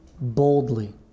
boldly